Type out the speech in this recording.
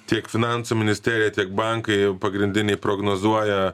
tiek finansų ministerija tiek bankai pagrindiniai prognozuoja